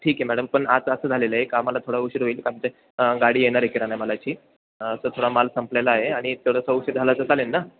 ठीक आहे मॅडम पण आज असं झालेलं आहे का आम्हाला थोडा उशीर होईल का आमचे गाडी येणार आहे किराणा मालाची तर थोडा माल संपलेला आहे आणि थोडासा उशीर झाला तर चालेल ना